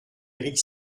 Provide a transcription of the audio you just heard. éric